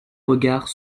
regards